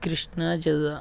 కృష్ణా జిల్లా